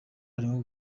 barimo